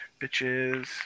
bitches